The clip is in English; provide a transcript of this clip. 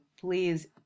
Please